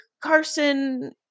Carson